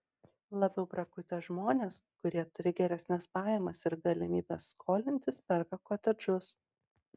labiau prakutę žmonės kurie turi geresnes pajamas ir galimybes skolintis perka kotedžus